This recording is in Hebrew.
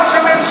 שנה וחצי.